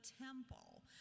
temple